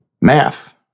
math